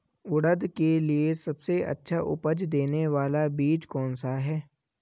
उड़द के लिए सबसे अच्छा उपज देने वाला बीज कौनसा है?